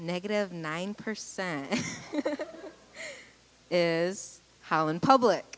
negative nine percent is how in public